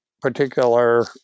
particular